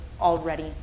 already